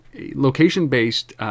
location-based